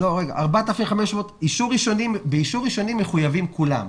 באישור ראשוני מחויבים כולם,